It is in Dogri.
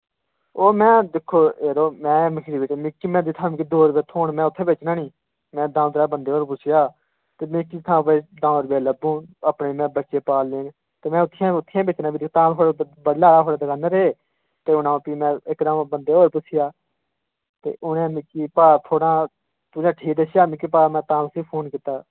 ओह् में दिक्खो जरो में मखीर में मिकी में जित्थूं मिकी दो रपेऽ थ्होन में उत्थै बेच्चना निं में द'ऊं त्रै बंदे होर पुच्छेआ ते मी जित्थूं भई द'ऊं रपेऽ लभगन अपने में बच्चे पालने न ते में उत्थै गै उत्थै गै बेच्चना मखीर तां भी में बडलै औङ थुआढ़ी दकानै रे ई ते हून अ'ऊं भी में इक द'ऊं बंदे ई होर पुच्छेआ ते उ'नें मिकी भाऽ थोह्ड़ा तुसें ठीक दस्सेआ हा मिकी भाऽ में तां तुसें ई फोन कीता